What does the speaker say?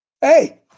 Hey